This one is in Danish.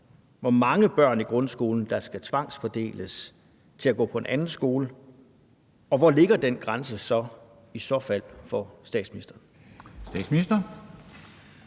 hvor mange børn i grundskolen der skal tvangsfordeles til at gå på en anden skole, og hvor ligger den grænse i så fald for statsministeren?